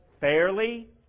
fairly